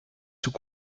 sous